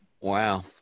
Wow